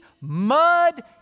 mud